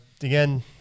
again